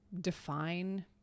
define